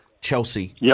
Chelsea